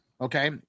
okay